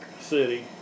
City